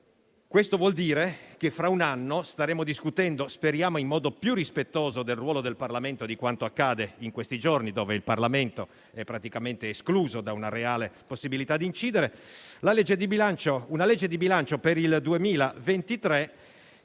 Questo vuol dire che fra un anno staremo discutendo - speriamo in modo più rispettoso del ruolo del Parlamento di quanto accade in questi giorni, in cui il Parlamento è praticamente escluso da una reale possibilità di incidere - una legge di bilancio per il 2023